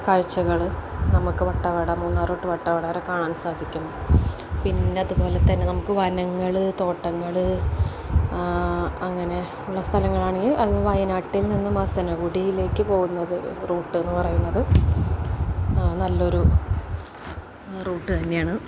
കാഴ്ചകള് നമുക്ക് വട്ടവട മൂന്നാര് തൊട്ട് വട്ടവട വരെ കാണാൻ സാധിക്കും പിന്നെ അതുപോലെ തന്നെ നമുക്ക് വനങ്ങള് തോട്ടങ്ങള് അങ്ങനെയുള്ള സ്ഥലങ്ങളാണെങ്കിൽ അത് വയനാട്ടിൽ നിന്ന് മസിനഗുഡിയിലേക്ക് പോകുന്ന റൂട്ടെന്ന് പറയുന്നത് നല്ലയൊരു റൂട്ട് തന്നെയാണ്